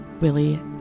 Willie